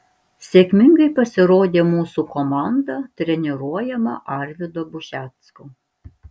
sėkmingai pasirodė mūsų komanda treniruojama arvydo bušecko